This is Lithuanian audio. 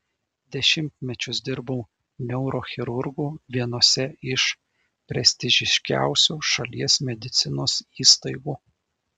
dešimtmečius dirbau neurochirurgu vienose iš prestižiškiausių šalies medicinos įstaigų